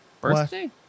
birthday